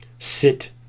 sit